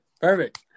Perfect